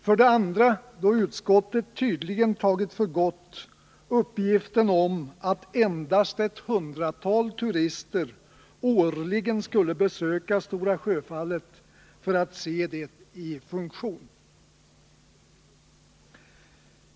För det andra har utskottet tydligen godtagit uppgiften om att endast ett hundratal turister årligen skulle besöka Stora Sjöfallet för att se det i aktion.